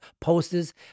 posters